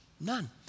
None